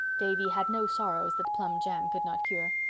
davy had no sorrows that plum jam could not cure.